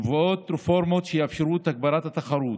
מובאות רפורמות שיאפשרו את הגברת התחרות,